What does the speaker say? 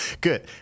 Good